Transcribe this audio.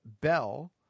Bell